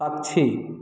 पक्षी